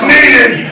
Needed